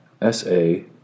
S-A